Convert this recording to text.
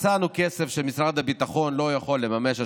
מצאנו כסף שמשרד הביטחון לא יכול לממש השנה,